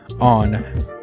on